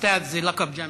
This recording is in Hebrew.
אוסתאד זה תואר אקדמי,